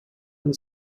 and